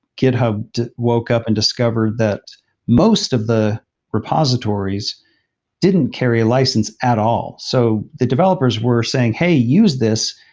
github woke up and discovered that most of the repositories didn't carry a license at all. so the developers were saying, hey, use this,